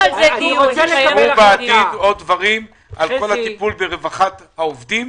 תשמעו בעתיד עוד דברים על כל הטיפול ברווחת העובדים